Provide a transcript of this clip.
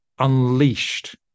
unleashed